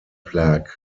plague